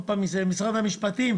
משרד המשפטים